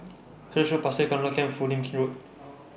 Halifax Road Pasir Laba Camp Foo Lin's Road